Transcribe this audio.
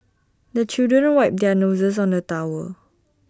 the children wipe their noses on the towel